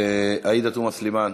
עאידה תומא סלימאן?